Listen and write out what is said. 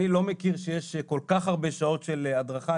אני לא מכיר שיש כל כך הרבה שעות של הדרכה.